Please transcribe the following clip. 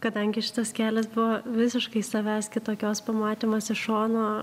kadangi šitas kelias buvo visiškai savęs kitokios pamatymas iš šono